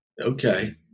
Okay